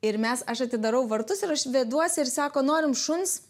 ir mes aš atidarau vartus ir aš veduosi ir sako norim šuns